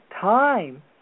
time